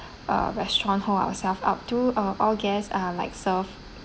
uh restaurant hold ourselves up to uh all guests are like serve